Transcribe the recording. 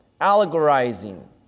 allegorizing